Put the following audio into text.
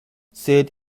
sed